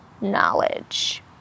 knowledge